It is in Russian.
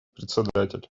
председатель